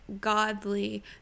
godly